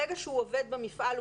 ברגע שהוא עובד במפעל,